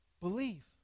Believe